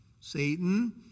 Satan